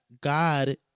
God